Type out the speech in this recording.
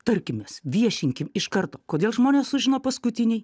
tarkimės viešinkim iš karto kodėl žmonės sužino paskutiniai